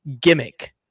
gimmick